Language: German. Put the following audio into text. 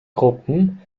gruppen